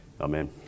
amen